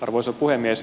arvoisa puhemies